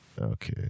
Okay